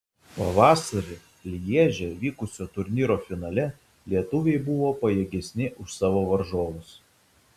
pavasarį lježe vykusio turnyro finale lietuviai buvo pajėgesni už savo varžovus